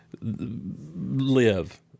live